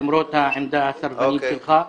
למרות העמדה הסרבנית שלך.